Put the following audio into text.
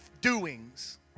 doings